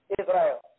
Israel